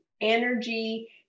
energy